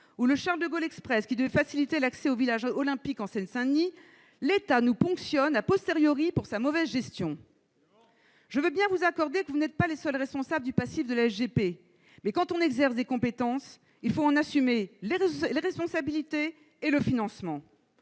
ou le Charles-de-Gaulle Express, qui devait faciliter l'accès au village olympique en Seine-Saint-Denis, l'État nous ponctionne pour sa mauvaise gestion ! Je veux bien vous accorder que vous n'êtes pas les seuls responsables du passif de la SGP, mais quand on exerce des compétences, il faut en assumer les responsabilités et le financement.